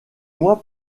mois